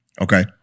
Okay